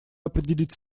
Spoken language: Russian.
определить